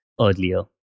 earlier